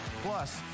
Plus